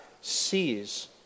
sees